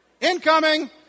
Incoming